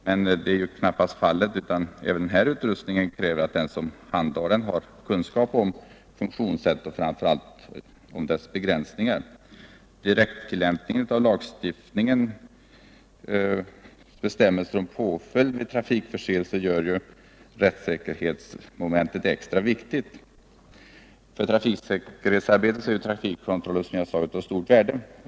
Men det är knappast fallet, utan även denna utrustning kräver att den som handhar den har kunskap om dess funktionssätt och framför allt om dess begränsningar. Direkttillämpningen av lagstiftningens bestämmelser om påföljd vid trafikförseelser gör rättssäkerhetsmomentet extra viktigt. För trafiksäkerhetsarbetet är, som jag sade, trafikkontrollen av stort värde.